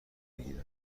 بگیرم